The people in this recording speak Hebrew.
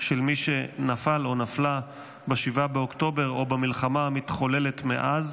של מי שנפל או נפלה ב-7 באוקטובר או במלחמה המתחוללת מאז.